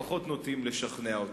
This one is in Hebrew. הן פחות נוטות לשכנע אותו.